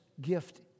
gift